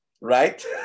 right